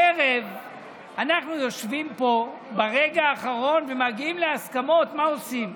הערב אנחנו יושבים פה ברגע האחרון ומגיעים להסכמות על מה עושים,